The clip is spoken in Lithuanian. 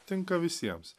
tinka visiems